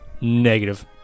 Negative